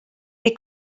they